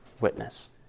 witness